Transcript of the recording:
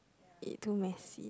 eat too messy